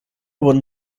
wurden